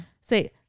say